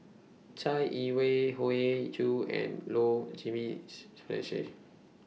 Chai Yee Wei Hoey Choo and Low Jimenez